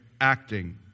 acting